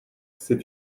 c’est